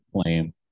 claim